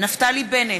נפתלי בנט,